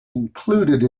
included